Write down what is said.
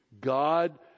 God